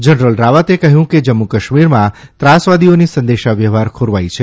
general રાવતે કહ્યું કે જમ્મુ કાશ્મીરમાં ત્રાસવાદીઓની સંદેશાવ્યવસ્થા ખોરવાઇ છે